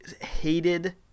hated